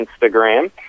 Instagram